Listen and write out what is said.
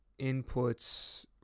inputs